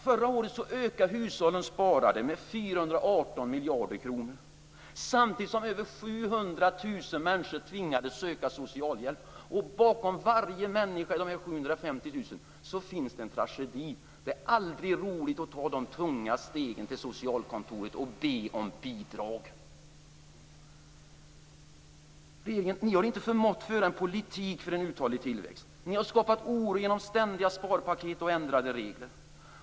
Förra året ökade hushållens sparande med 418 miljarder kronor samtidigt som över 700 000 människor tvingades söka socialhjälp. Bakom var och en av de här 750 000 människorna finns det en tragedi. Det är aldrig roligt att ta de tunga stegen till socialkontoret och be om bidrag. Regeringen har inte förmått föra en politik för en uthållig tillväxt. Ni har skapat oro genom ständiga sparpaket och ändrade regler.